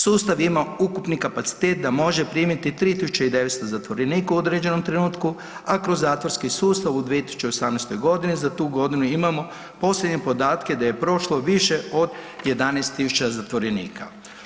Sustav ima ukupni kapacitet da može primiti 3.900 zatvorenika u određenom trenutku, a kroz zatvorski sustav u 2018. godini za tu godinu imamo posljednje podatke da je prošlo više od 11.000 zatvorenika.